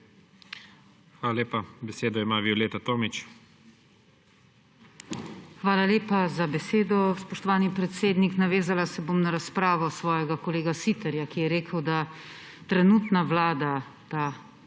Hvala lepa. Besedo ima Violeta Tomić. VIOLETA TOMIĆ (PS Levica): Hvala lepa za besedo, spoštovani predsednik. Navezala se bom na razpravo svojega kolega Siterja, ki je rekel, da trenutna vlada, ta